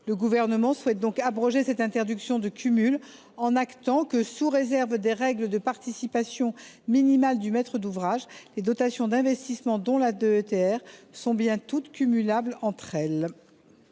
Le Gouvernement souhaite donc abroger cette interdiction de cumul en actant le principe selon lequel, sous réserve des règles de participation minimale du maître d’ouvrage, les dotations d’investissement, dont la DETR, sont bien toutes cumulables entre elles.